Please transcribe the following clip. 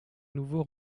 nouveau